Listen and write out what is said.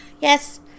Yes